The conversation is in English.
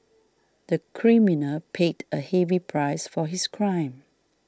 the criminal paid a heavy price for his crime